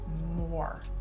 more